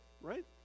right